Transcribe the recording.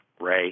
Ray